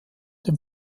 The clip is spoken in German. dem